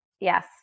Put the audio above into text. Yes